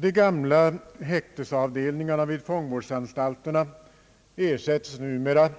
De gamla häktesavdelningarna vid fångvårdsanstalterna ersättes numera